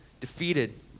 defeated